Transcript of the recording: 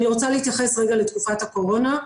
אני רוצה להתייחס רגע לתקופת הקורונה.